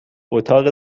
اتاق